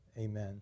amen